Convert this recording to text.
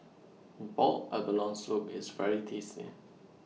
boiled abalone Soup IS very tasty